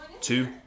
two